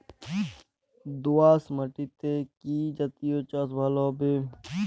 দোয়াশ মাটিতে কি জাতীয় চাষ ভালো হবে?